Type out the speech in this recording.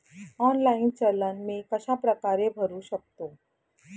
Online challan मी कशाप्रकारे भरु शकतो?